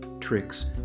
tricks